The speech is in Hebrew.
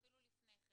אפילו לפני כן,